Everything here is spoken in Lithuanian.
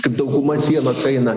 kaip dauguma sienos eina